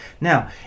Now